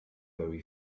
very